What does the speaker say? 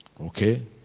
okay